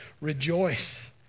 rejoice